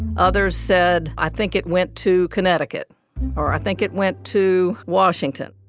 others said. i think it went to connecticut or i think it went to washington